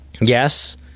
Yes